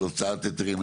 של הוצאת היתרים.